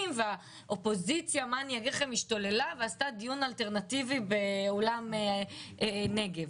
והאופוזיציה השתוללה ועשתה דיון אלטרנטיבי באולם נגב.